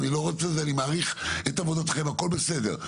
אני מעריך את עבודתכם, הכול בסדר.